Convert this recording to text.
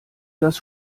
das